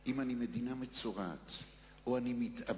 אם אני מדינה מצורעת או שאני מתאבד,